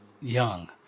young